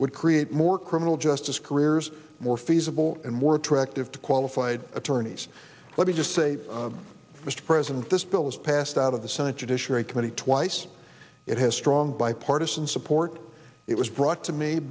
would create more criminal justice careers more feasible and more attractive to qualified attorneys let me just say mr president this bill is passed out of the senate judiciary committee twice it has strong bipartisan support it was brought to me